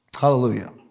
Hallelujah